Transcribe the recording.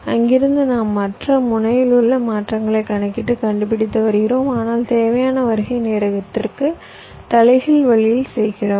அங்கிருந்து நாம் மற்ற முனையிலுள்ள மாற்றங்களைக் கணக்கிட்டு கண்டுபிடித்து வருகிறோம் ஆனால் தேவையான வருகை நேரத்திற்கு தலைகீழ் வழியில் செய்கிறோம்